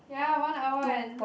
ya one hour and